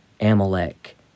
Amalek